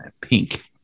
Pink